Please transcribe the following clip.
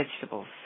vegetables